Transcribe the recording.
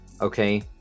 okay